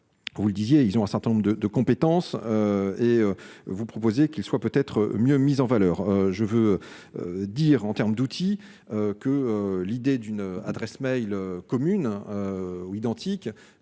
vous le disiez, ils ont un certain nombre de de compétences et vous proposiez qu'ils soient peut-être mieux mises en valeur, je veux dire en terme d'outils que l'idée d'une adresse Mail commune ou identiques,